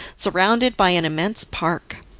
surrounded by an immense park.